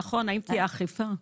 האם תהיה אכיפה?